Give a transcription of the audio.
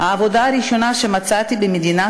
ראוי לציין שגם ב-2014